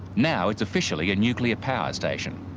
now it's officially a nuclear power station,